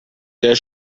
der